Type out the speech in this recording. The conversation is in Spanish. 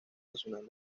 nacional